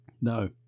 No